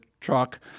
truck